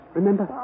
remember